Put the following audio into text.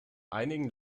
einigen